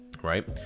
Right